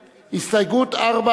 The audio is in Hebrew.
הסתייגות מס' 4,